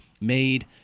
made